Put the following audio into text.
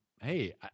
hey